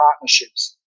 partnerships